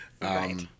Right